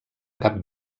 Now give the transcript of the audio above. cap